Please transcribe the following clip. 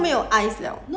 你水不要喝 ah